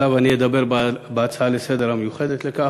ועליו אני אדבר בהצעה לסדר-היום המיוחדת לכך.